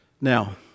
Now